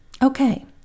Okay